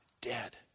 dead